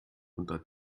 unter